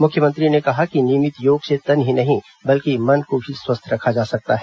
मुख्यमंत्री ने कहा कि नियमित योग से तन ही नहीं मन को भी स्वस्थ रखा जा सकता है